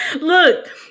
Look